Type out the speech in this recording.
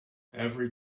every